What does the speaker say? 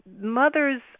mother's